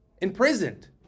imprisoned